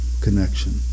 connection